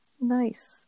Nice